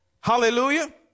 Hallelujah